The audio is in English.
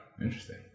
Interesting